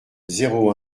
zéro